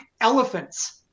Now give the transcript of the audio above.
elephants